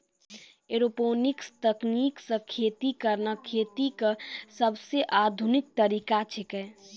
aeroponics तकनीक सॅ खेती करना खेती के सबसॅ आधुनिक तरीका छेकै